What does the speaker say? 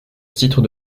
titres